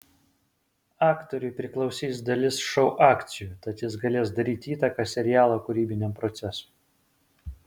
aktoriui priklausys dalis šou akcijų tad jis galės daryti įtaką serialo kūrybiniam procesui